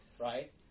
right